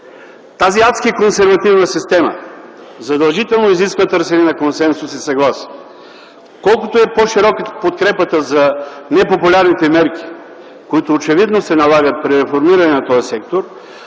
Тази адски консервативна система задължително изисква търсене на консенсус, съгласие. Колкото е по-широка подкрепата за непопулярните мерки, които очевидно се налагат при реформиране на този сектор,